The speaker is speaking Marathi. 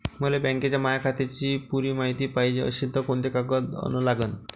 मले बँकेच्या माया खात्याची पुरी मायती पायजे अशील तर कुंते कागद अन लागन?